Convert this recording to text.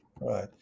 Right